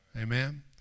Amen